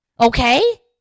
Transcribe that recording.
Okay